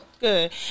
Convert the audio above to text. Good